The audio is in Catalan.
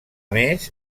més